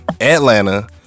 Atlanta